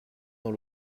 dans